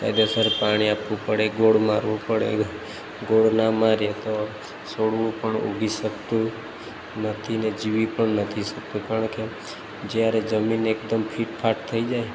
કાયદેસર પાણી આપવું પડે ગોળ મારવું પડે ગોળ ના મારીએ તો છોડવું પણ ઊગી શકતું નથીને જીવી પણ નથી શકતું કારણ કે જ્યારે જમીન એકદમ ફિટફાટ થઈ જાય